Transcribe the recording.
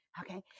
Okay